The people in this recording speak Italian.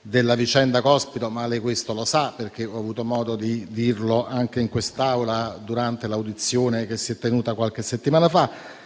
della vicenda Cospito, ma lei questo lo sa, perché ho avuto modo di dirlo anche in quest'Aula durante l'informativa che si è tenuta qualche settimana fa.